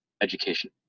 education